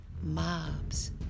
mobs